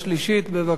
בבקשה,